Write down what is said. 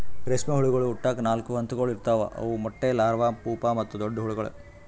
ರೇಷ್ಮೆ ಹುಳಗೊಳ್ ಹುಟ್ಟುಕ್ ನಾಲ್ಕು ಹಂತಗೊಳ್ ಇರ್ತಾವ್ ಅವು ಮೊಟ್ಟೆ, ಲಾರ್ವಾ, ಪೂಪಾ ಮತ್ತ ದೊಡ್ಡ ಹುಳಗೊಳ್